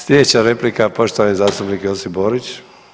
Sljedeća replika poštovani zastupnik Josip Borić.